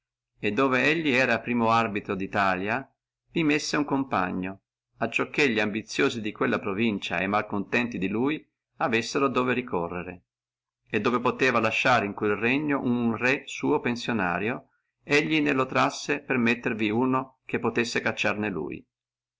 e dove lui era prima arbitro ditalia e vi misse uno compagno a ciò che li ambiziosi di quella provincia e mal contenti di lui avessino dove ricorrere e dove posseva lasciare in quello regno uno re suo pensionario e ne lo trasse per mettervi uno che potessi cacciarne lui